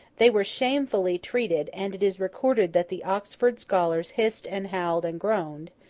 they were shamefully treated and it is recorded that the oxford scholars hissed and howled and groaned,